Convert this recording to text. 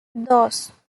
dos